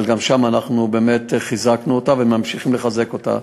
אבל אנחנו באמת גם חיזקנו אותה וממשיכים לחזק אותה.